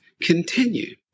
continue